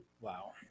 wow